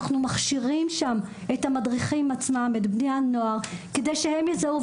אנחנו מכשירים שם את המדריכים עצמם ואת בני הנוער כדי שהם יזהו,